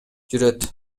жүрөт